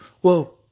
Whoa